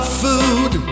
food